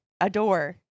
adore